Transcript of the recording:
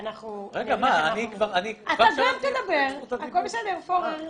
עודד פורר.